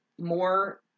more